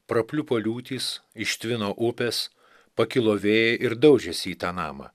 prapliupo liūtys ištvino upės pakilo vėjai ir daužėsi į tą namą